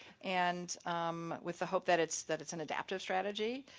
and with the hope that it's that it's an adaptive strategy.